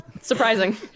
Surprising